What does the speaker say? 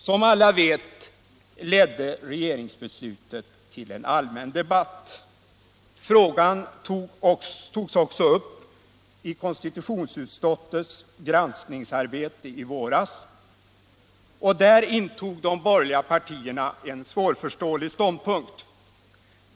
Som alla vet ledde regeringsbeslutet till allmän debatt. Frågan togs upp också i konstitutionsutskottets granskningsarbete i våras. Där intog de borgerliga partierna en svårförståelig ståndpunkt.